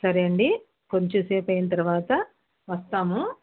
సరే అండి కొంచెం సేపు అయిన తర్వాత వస్తాము